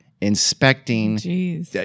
inspecting